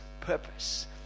purpose